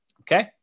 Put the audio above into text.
Okay